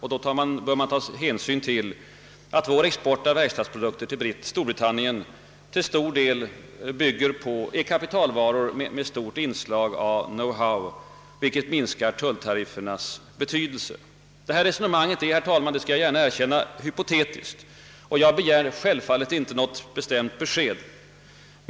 Hänsyn bör därvid tas till att vår export av verkstadsprodukter till Storbritannien till betydande del är kapitalvaror med stort inslag av »know how», vilket minskar tulltariffernas betydelse. Detta resonemang, herr talman, är — det skall jag gärna erkänna — hypotetiskt, och jag begär självfallet inte något bestämt besked.